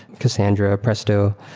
cassandra, presto.